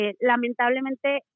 Lamentablemente